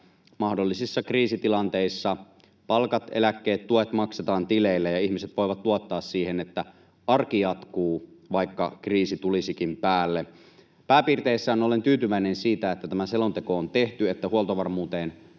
mahdollisissa kriisitilanteissa palkat, eläkkeet, tuet maksetaan tileille ja ihmiset voivat luottaa siihen, että arki jatkuu, vaikka kriisi tulisikin päälle. Pääpiirteissään olen tyytyväinen siitä, että tämä selonteko on tehty, että huoltovarmuuteen